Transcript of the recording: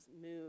move